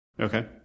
Okay